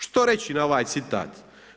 Što reći na ovaj citat?